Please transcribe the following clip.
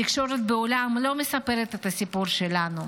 התקשורת בעולם לא מספרת את הסיפור שלנו.